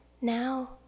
now